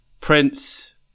Prince